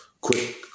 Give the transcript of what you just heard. quick